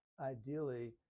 ideally